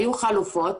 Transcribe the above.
היו חלופות,